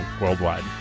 worldwide